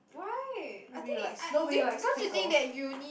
why I think I don't you think that uni